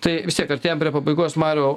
tai vis tiek artėjam prie pabaigos mariau